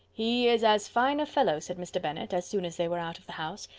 he is as fine a fellow, said mr. bennet, as soon as they were out of the house,